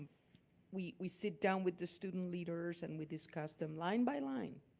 we we sit down with the student leaders and we discuss them line by line.